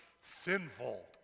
sinful